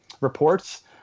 reports